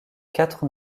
quatre